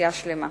אוכלוסייה שלמה.